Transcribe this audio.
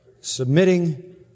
submitting